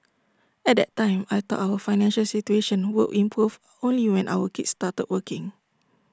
at that time I thought our financial situation would improve only when our kids started working